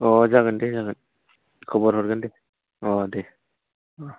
अह जागोन दे जागोन खबर हरगोन दे अह दे